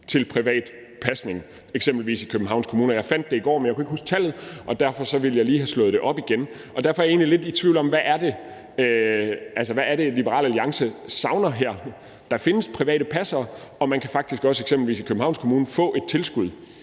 til privat pasning, eksempelvis i Københavns Kommune, og jeg fandt det i går, men jeg kunne ikke huske tallet, og derfor ville jeg lige slå det op igen. Så jeg er egentlig lidt i tvivl om, hvad det er, Liberal Alliance savner her. Der findes private passere, og man kan eksempelvis også i Københavns Kommune få et tilskud,